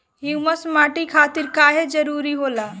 Humus माटी खातिर काहे जरूरी होला?